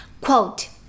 quote